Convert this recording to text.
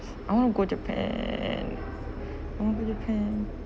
I want to go japan I want to go japan